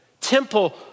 temple